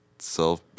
self